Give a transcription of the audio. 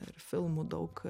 ir filmų daug